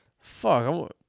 fuck